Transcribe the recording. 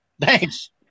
Thanks